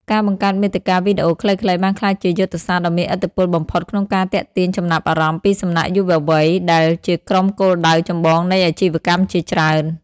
ការបង្កើតមាតិកាវីដេអូខ្លីៗបានក្លាយជាយុទ្ធសាស្ត្រដ៏មានឥទ្ធិពលបំផុតក្នុងការទាក់ទាញចំណាប់អារម្មណ៍ពីសំណាក់យុវវ័យដែលជាក្រុមគោលដៅចម្បងនៃអាជីវកម្មជាច្រើន។